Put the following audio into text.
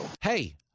Hey